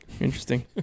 Interesting